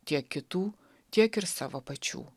tiek kitų tiek ir savo pačių